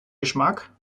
geschmack